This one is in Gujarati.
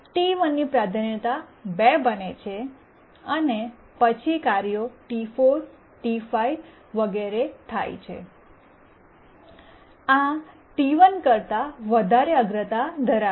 T1 ની પ્રાધાન્યતા 2 બને છે અને પછી કાર્યો T4 T5 વગેરે થાય છે આ T1 કરતા વધારે અગ્રતા ધરાવે છે